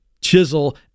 chisel